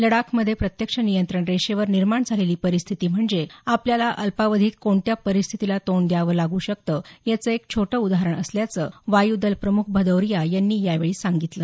लडाखमधे प्रत्यक्ष नियंत्रण रेषेवर निर्माण झालेली परिस्थीती म्हणजे आपल्याला अल्पावधित कोणत्या परिस्थीतीला तोंड द्यावं लागू शकतं याचं एक अल्प उदाहरण असल्याचं वायू दल प्रमुख भदौरिया यांनी यावेळी नमुद केलं